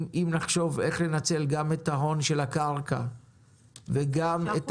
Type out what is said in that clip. אם נחשוב איך לנצל גם את ההון של הקרקע וגם את